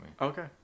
Okay